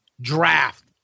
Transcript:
Draft